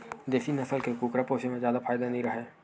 देसी नसल के कुकरा पोसे म जादा फायदा नइ राहय